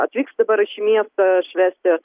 atvyks dabar į šį miestą švęsti